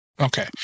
Okay